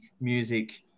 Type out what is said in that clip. music